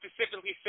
specifically